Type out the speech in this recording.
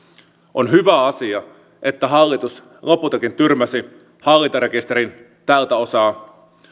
on hyvä asia että hallitus lopultakin tyrmäsi hallintarekisterin tältä osaa